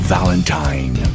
Valentine